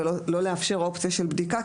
ולא לאפשר אופציה של בדיקה,